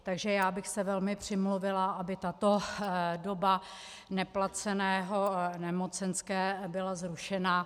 Takže já bych se velmi přimluvila, aby tato doba neplacené nemocenské byla zrušena.